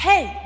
Hey